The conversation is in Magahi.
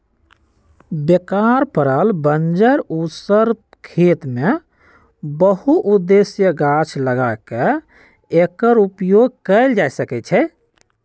बेकार पड़ल बंजर उस्सर खेत में बहु उद्देशीय गाछ लगा क एकर उपयोग कएल जा सकै छइ